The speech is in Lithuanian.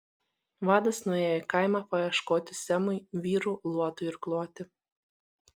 vadas nuėjo į kaimą paieškoti semui vyrų luotui irkluoti